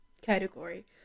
category